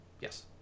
Yes